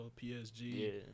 PSG